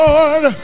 Lord